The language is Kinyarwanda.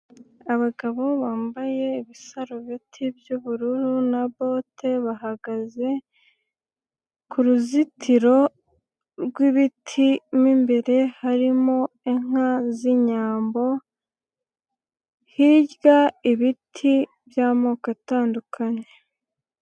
Abagabo bambaye ibisarobeti by'ubururu na bote, bahagaze ku ruzitiro rw'ibiti, mo imbere harimo inka z'inyambo, hirya ibiti by'amoko atandukanye.